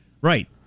right